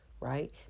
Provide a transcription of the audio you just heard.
Right